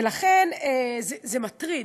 ולכן זה מטריד,